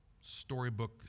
storybook